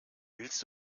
willst